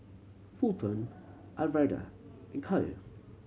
Fulton Alverda and Kael